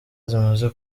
zimaze